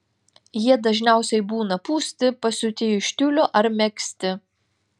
jie dažniausiai būna pūsti pasiūti iš tiulio ar megzti